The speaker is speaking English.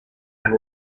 and